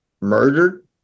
murdered